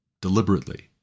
deliberately